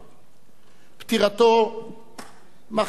פטירתו מכאיבה לכולנו,